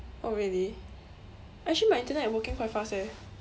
oh really actually my internet working quite fast eh